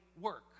work